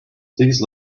please